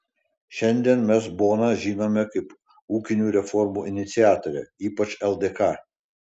šiandien mes boną žinome kaip ūkinių reformų iniciatorę ypač ldk